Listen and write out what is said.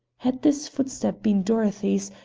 had this footstep been dorothy's,